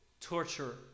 torture